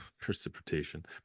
precipitation